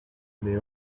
they